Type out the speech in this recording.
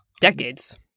decades